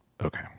okay